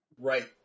Right